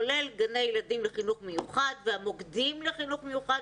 כולל גני ילדים וחינוך מיוחד והמוקדים לחינוך מיוחד,